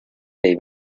dei